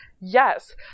Yes